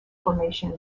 formation